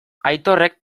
aitorrek